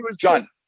John